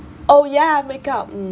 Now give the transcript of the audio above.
oh ya makeup mm